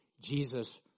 Jesus